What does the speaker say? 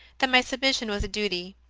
that my submission was a duty.